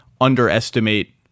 underestimate